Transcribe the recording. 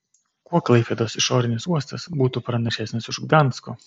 kuo klaipėdos išorinis uostas būtų pranašesnis už gdansko